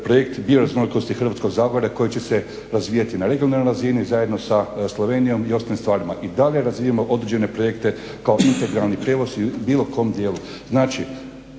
projekt bioraznolikosti Hrvatskog zagorja koji će se razvijati na regionalnoj razini, zajedno sa Slovenijom i ostalim stvarima. I dalje razvijamo određene projekte kao integralni prijevoz … bilo kom dijelu. Znači